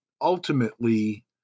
ultimately